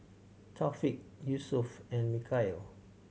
Thaqif Yusuf and Mikhail